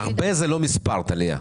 "הרבה" זה לא מספר, טליה.